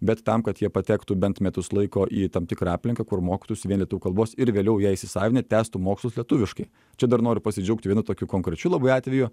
bet tam kad jie patektų bent metus laiko į tam tikrą aplinką kur mokytųsi vien lietuvių kalbos ir vėliau ją įsisavinę tęstų mokslus lietuviškai čia dar noriu pasidžiaugti vienu tokiu konkrečiu labai atveju